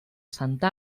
santa